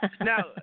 now